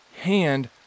hand